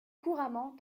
couramment